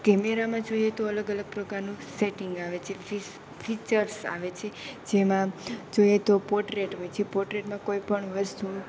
કેમેરામાં જોઈએ તો અલગ અલગ પ્રકારનું સેટિંગ આવે છે ફીચર્સ આવે છે જેમાં જોઈએ તો પોટ્રેટ હોય છે પોટ્રેટમાં કોઈપણ વસ્તુ